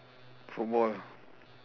football ah